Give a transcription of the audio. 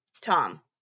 Tom